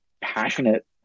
passionate